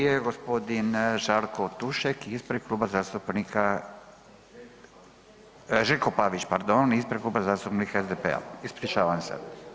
Drugi je gospodin Žarko Tušek ispred Kluba zastupnika, Željko Pavić pardon, ispred Kluba zastupnika SDP-a, ispričavam se.